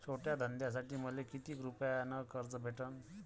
छोट्या धंद्यासाठी मले कितीक रुपयानं कर्ज भेटन?